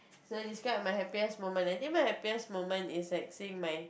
so describe my happiest moment I think my happiest moment is like seeing my